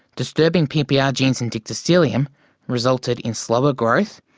disturbing ppr genes indictyostelium resulted in slower growth,